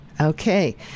Okay